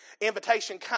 Invitation